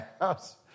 house